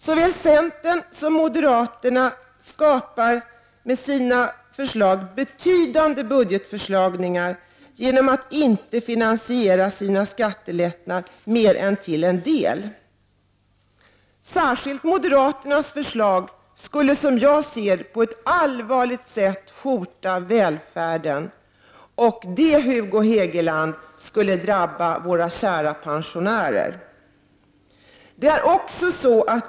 Såväl centern som moderaterna skapar med sina förslag betydande budgetförsvagningar genom att man inte finansierar sina skattelättnader mer än till en del. Som jag ser det skulle särskilt moderaternas förslag på ett allvarligt sätt hota välfärden, och det, Hugo Hegeland, skulle drabba våra kära pensionärer.